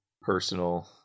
personal